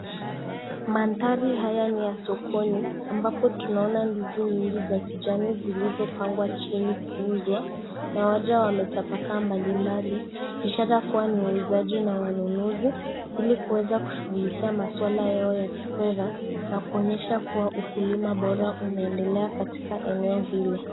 Mandhari haya ni ya sokoni, ambapo tunaona ndizi nyingi za kijani zilizopangwa chini kuuzwa na wajaa wametapakaa mbali ishara kuwa ni wauzaji na wanunuzi ili kuweza kushughulikia maswala yao ya kifedha na kuonyesha akuwa ukulima bora unaendelea katika eneo hilo.